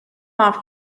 off